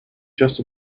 just